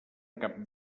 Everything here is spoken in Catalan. cap